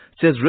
says